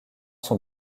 son